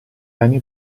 anni